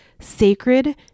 sacred